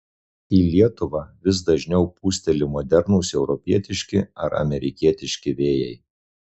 į lietuvą vis dažniau pūsteli modernūs europietiški ar amerikietiški vėjai